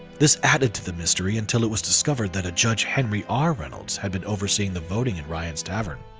this added to the mystery until it was discovered that a judge henry r. reynolds had been overseeing the voting in ryan's tavern.